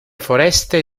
foreste